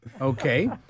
okay